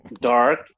dark